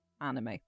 anime